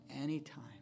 anytime